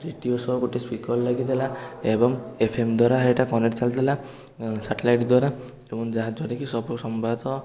radio ସହ ଗୋଟେ speaker ଲାଗିଥିଲା ଏବଂ ଏଫ ଏମ ଦ୍ୱାରା ହେଟା କନେକ୍ଟ ଚାଲିଥିଲା ସାଟେଲାଇଟ୍ ଦ୍ୱାରା ଏବଂ ଯାହା ଦ୍ୱାରା କି ସବୁ ସମ୍ବାଦ